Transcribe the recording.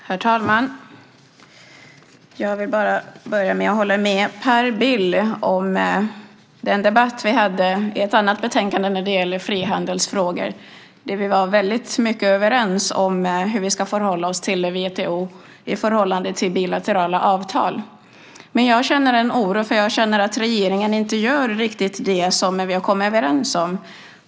Herr talman! Jag vill börja med att hålla med Per Bill om den debatt vi hade i ett annat betänkande när det gäller frihandelsfrågor där vi var väldigt överens om hur vi ska förhålla oss till WTO i förhållande till bilaterala avtal. Men jag känner en oro, för jag känner att regeringen inte gör riktigt det som vi har kommit överens om.